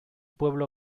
pueblo